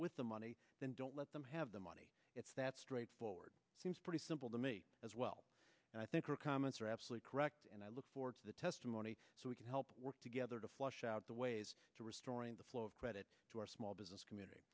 with the money then don't let them have the money it's that straightforward seems pretty simple to me as well and i think your comments are absolutely correct and i look forward to the testimony so we can help work together to flush out the ways to restoring the flow of credit to our small business community